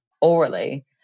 orally